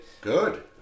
Good